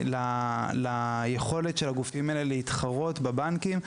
ליכולת של הגופים האלה להתחרות בבנקים.